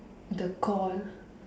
the call